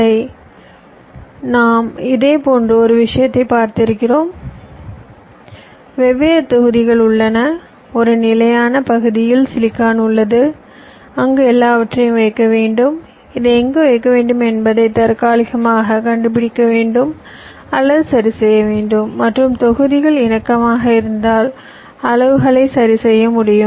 யில் நாம் இதேபோன்ற ஒரு விஷயத்தைப் பார்க்கிறோம் வெவ்வேறு தொகுதிகள் உள்ளன ஒரு நிலையான பகுதியில் சிலிக்கான் உள்ளது அங்கு எல்லாவற்றையும் வைக்க வேண்டும் இதை எங்கு வைக்க வேண்டும் என்பதை தற்காலிகமாக கண்டுபிடிக்க வேண்டும் அல்லது சரிசெய்ய வேண்டும் மற்றும் தொகுதிகள் இணக்கமாக இருந்தால் அளவுகளை சரிசெய்ய முடியும்